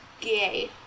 gay